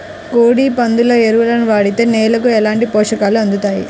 కోడి, పందుల ఎరువు వాడితే నేలకు ఎలాంటి పోషకాలు అందుతాయి